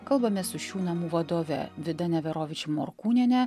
kalbamės su šių namų vadove vida neverovič morkūniene